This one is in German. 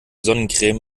sonnencreme